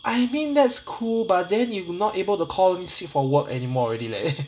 I mean that's cool but then you not able to call in sick for work anymore already leh